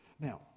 Now